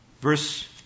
Verse